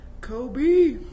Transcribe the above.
Kobe